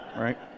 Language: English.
right